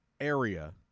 area